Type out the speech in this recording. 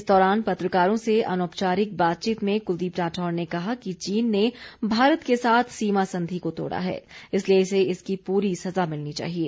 इस दौरान पत्रकारों से अनौपचारिक बातचीत में कुलदीप राठौर ने कहा कि चीन ने भारत के साथ सीमा संधि को तोड़ा हैं इसलिए उसे इसकी पूरी सज़ा मिलनी चाहिए